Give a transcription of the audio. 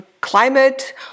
climate